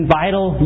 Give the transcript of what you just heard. vital